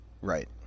Right